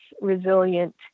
resilient